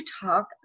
talk